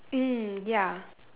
mm ya